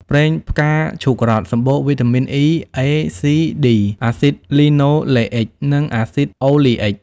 ប្រេងផ្កាឈូករ័ត្ន សម្បូរវីតាមីន E, A, C, D អាស៊ីដលីណូលេអ៊ិក និងអាស៊ីដអូលេអ៊ិក។